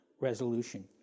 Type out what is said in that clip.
Resolution